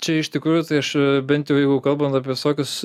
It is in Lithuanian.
čia iš tikrųjų tai aš bent jau jeigu kalbant apie visokius